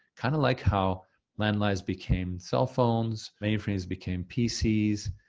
kind of like how landlines became cell phones, mainframes became pcs,